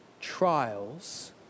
trials